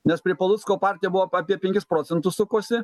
nes palucko partija buvo apie penkis procentus sukosi